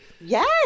Yes